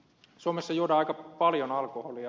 suomessa juodaan aika paljon alkoholia